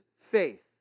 faith